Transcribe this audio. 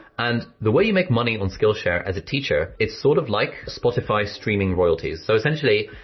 and the way you make money on skillshare as a teacher its sort of like spotify streaming royalties. so essentially,